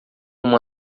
uma